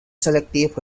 selective